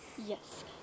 Yes